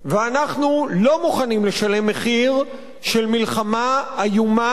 ואנחנו לא מוכנים לשלם מחיר של מלחמה איומה,